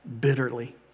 bitterly